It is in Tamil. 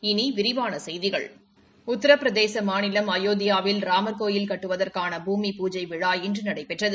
இனி விரிவான செய்திகள் உத்திரபிரதேச மாநிலம் அயோத்தியாவில் ராமர் கோவில் கட்டுவதற்கான பூமி பூஜை விழா இன்று நடைபெற்றது